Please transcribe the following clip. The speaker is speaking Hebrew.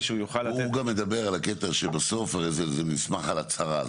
הוא גם מדבר על הקטע שבסוף הרי זה מסמך על הצהרה.